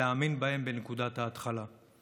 ולהאמין בהם בנקודת ההתחלה.